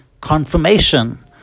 confirmation